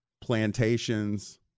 plantations